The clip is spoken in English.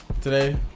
today